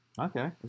Okay